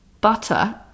butter